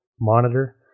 monitor